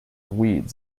weeds